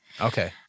okay